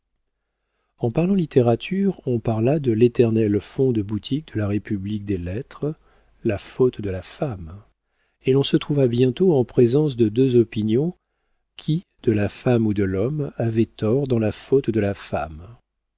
en parlant littérature on parla de l'éternel fonds de boutique de la république des lettres la faute de la femme et l'on se trouva bientôt en présence de deux opinions qui de la femme ou de l'homme avait tort dans la faute de la femme